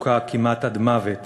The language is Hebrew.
הוכה כמעט עד מוות